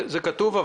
זה כתוב.